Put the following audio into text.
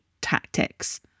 tactics